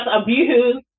abuse